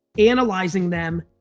analyzing them,